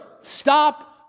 Stop